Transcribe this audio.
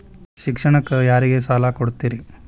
ಶಿಕ್ಷಣಕ್ಕ ಸಾಲ ಯಾರಿಗೆ ಕೊಡ್ತೇರಿ?